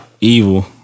evil